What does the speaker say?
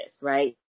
right